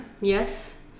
Yes